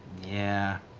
yeah.